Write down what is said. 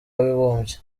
w’abibumbye